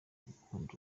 gukunda